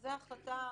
זו החלטה שלכם,